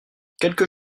quelques